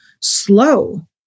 slow